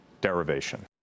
derivation